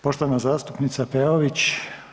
Poštovana zastupnica Peović.